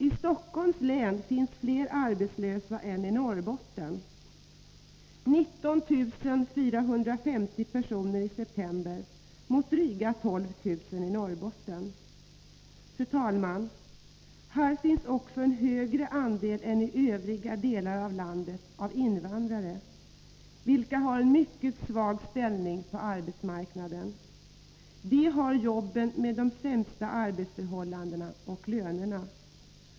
I Stockholms län finns fler arbetslösa än i Norrbotten: 19 450 personer i september mot drygt 12 000 i Norrbotten. Fru talman! Här finns också en högre andel än i övriga delar av landet av invandrare, vilka har en mycket svag ställning på arbetsmarknaden. De har jobben med de sämsta arbetsförhållandena och lönerna.